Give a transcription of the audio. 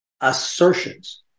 assertions